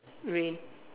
rain